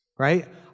right